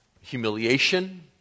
humiliation